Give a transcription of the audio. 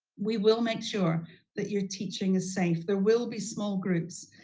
we will make sure that your teaching is safe. there will be small groups.